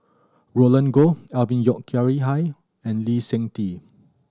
Roland Goh Alvin Yeo Khirn Hai and Lee Seng Tee